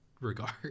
regard